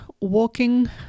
walking